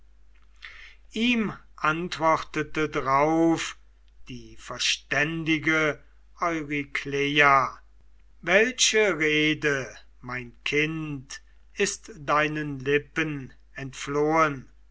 ihr antwortete drauf die pflegerin eurykleia welche rede mein kind ist deinen lippen entflohen